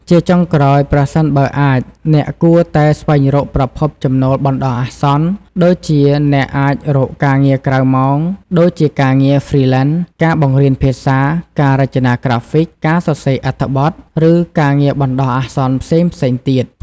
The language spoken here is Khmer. ជាចុងក្រោយ ប្រសិនបើអាច អ្នកគួរតែស្វែងរកប្រភពចំណូលបណ្ដោះអាសន្នដូចជាអ្នកអាចរកការងារក្រៅម៉ោង ដូចជាការងារ ហ្វ្រីលែន ការបង្រៀនភាសា ការរចនាក្រាហ្វិក ការសរសេរអត្ថបទ ឬការងារបណ្ដោះអាសន្នផ្សេងៗទៀត ។